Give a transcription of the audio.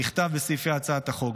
נכתב בסעיפי הצעת החוק.